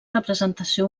representació